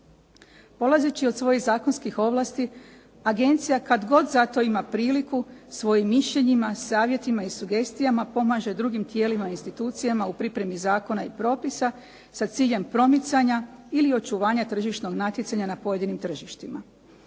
Polazeći od svojih zakonskih ovlasti agencija, kad god za to ima priliku, svojim mišljenjima, savjetima i sugestijama pomaže drugim tijelima i institucijama u pripremi zakona i propisa sa ciljem promicanja ili očuvanja tržišnog natjecanja na pojedinim tržištima.